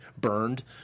burned